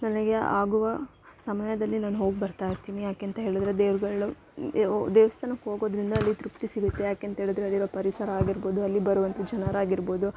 ನನಗೆ ಆಗುವ ಸಮಯದಲ್ಲಿ ನಾನು ಹೋಗಿಬರ್ತಾ ಇರ್ತೀನಿ ಯಾಕೆ ಅಂತ ಹೇಳಿದ್ರೆ ದೇವ್ರುಗಳು ದೇವ್ಸ್ಥಾನಕ್ಕೆ ಹೋಗೋದರಿಂದ ಅಲ್ಲಿ ತೃಪ್ತಿ ಸಿಗುತ್ತೆ ಯಾಕೆ ಅಂತ ಹೇಳಿದ್ರೆ ಅಲ್ಲಿರೋ ಪರಿಸರ ಆಗಿರ್ಬೌದು ಅಲ್ಲಿ ಬರುವಂಥ ಜನರಾಗಿರ್ಬೌದು